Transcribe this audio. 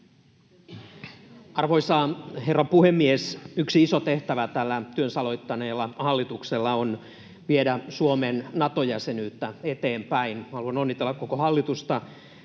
Arvoisa herra puhemies! Yksi iso tehtävä tällä työnsä aloittaneella hallituksella on viedä Suomen Nato-jäsenyyttä eteenpäin. Haluan onnitella koko hallitusta